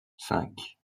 cinq